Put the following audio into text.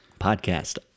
podcast